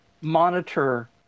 monitor